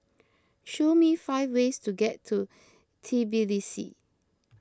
show me five ways to get to Tbilisi